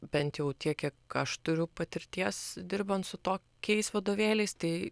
bent jau tiek kiek aš turiu patirties dirbant su tokiais vadovėliais tai